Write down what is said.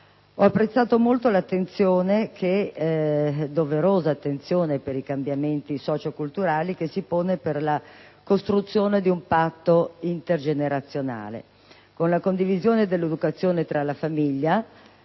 Ho apprezzato molto la doverosa attenzione che, per i cambiamenti socio-culturali, si pone per la costruzione di un patto intergenerazionale, con la condivisione dell'educazione tra la famiglia